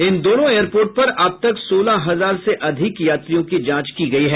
इन दोनों एयरपोर्ट पर अब तक सोलह हजार से अधिक यात्रियों की जांच की गयी है